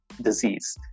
disease